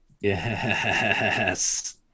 yes